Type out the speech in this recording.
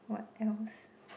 what else